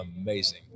amazing